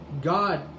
God